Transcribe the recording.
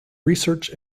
research